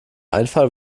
einfall